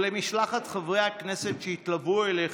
ולמשלחת חברי הכנסת שיתלוו אליך,